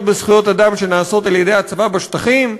בזכויות אדם שנעשות על-ידי הצבא בשטחים.